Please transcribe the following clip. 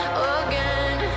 again